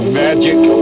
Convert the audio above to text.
magic